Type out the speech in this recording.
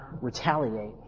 retaliate